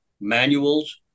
manuals